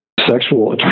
sexual